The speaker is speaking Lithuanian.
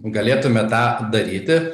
galėtume tą daryti